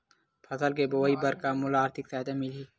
फसल के बोआई बर का मोला आर्थिक सहायता मिलही?